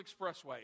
Expressway